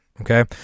Okay